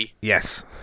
Yes